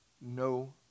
no